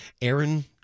Aaron